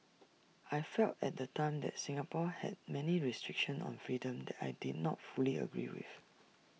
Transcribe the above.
I felt at the time that Singapore had many restrictions on freedom that I did not fully agree with